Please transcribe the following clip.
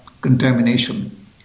contamination